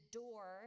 door